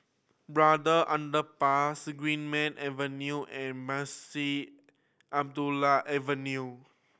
Braddell Underpass Greenmead Avenue and Munshi Abdullah Avenue